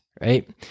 right